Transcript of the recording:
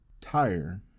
tire